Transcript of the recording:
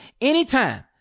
anytime